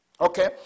Okay